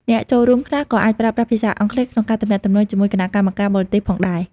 អ្នកចូលរួមខ្លះក៏អាចប្រើប្រាស់ភាសាអង់គ្លេសក្នុងការទំនាក់ទំនងជាមួយគណៈកម្មការបរទេសផងដែរ។